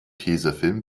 tesafilm